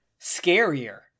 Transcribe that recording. scarier